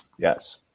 Yes